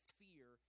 fear